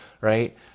right